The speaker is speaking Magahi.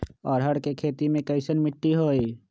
अरहर के खेती मे कैसन मिट्टी होइ?